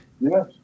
Yes